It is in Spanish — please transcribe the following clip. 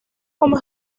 como